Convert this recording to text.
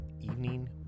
evening